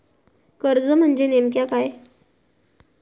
कर्ज म्हणजे नेमक्या काय?